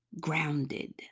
Grounded